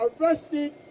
arrested